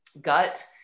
gut